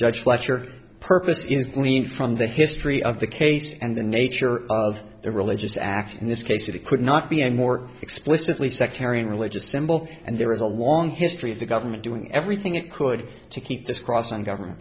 judge fletcher purpose is green from the history of the case and the nature of the religious act in this case that it could not be a more explicitly sectarian religious symbol and there is a long history of the government doing everything it could to keep this cross on government